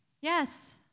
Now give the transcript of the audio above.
Yes